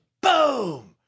boom